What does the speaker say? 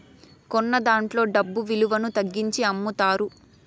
కొన్నదాంట్లో డబ్బు విలువను తగ్గించి అమ్ముతారు